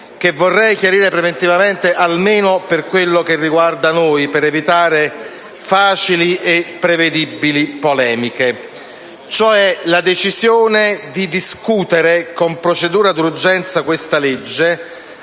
però vorrei chiarire preventivamente almeno per quanto riguarda noi, per evitare facili e prevedibili polemiche. La decisione di discutere con procedura d'urgenza questo disegno